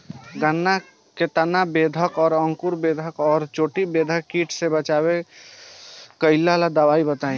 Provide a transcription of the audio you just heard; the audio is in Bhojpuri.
गन्ना में तना बेधक और अंकुर बेधक और चोटी बेधक कीट से बचाव कालिए दवा बताई?